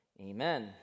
Amen